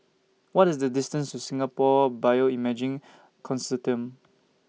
What IS The distance to Singapore Bioimaging Consortium